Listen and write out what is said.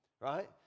right